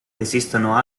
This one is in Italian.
esistono